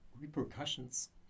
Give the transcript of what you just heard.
repercussions